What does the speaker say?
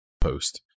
post